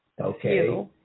Okay